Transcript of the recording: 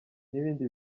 n’ibindi